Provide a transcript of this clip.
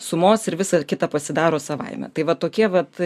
sumos ir visa kita pasidaro savaime tai va tokie vat